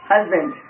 Husband